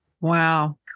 Wow